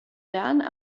lernen